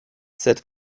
cette